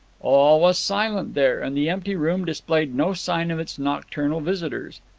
all was silent there, and the empty room displayed no sign of its nocturnal visitors.